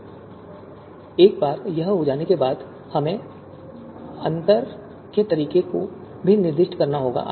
तो एक बार यह हो जाने के बाद हमें अंतर के तरीके को भी निर्दिष्ट करना होगा